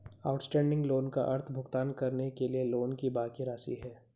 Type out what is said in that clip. outstanding loan का अर्थ भुगतान करने के लिए लोन की बाकि राशि है